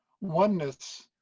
oneness